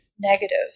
negative